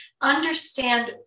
Understand